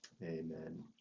amen